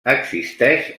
existeix